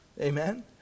Amen